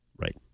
Right